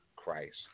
Christ